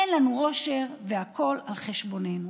אין לנו עושר והכל על חשבוננו.